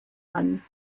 dran